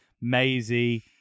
Maisie